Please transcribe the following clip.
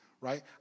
right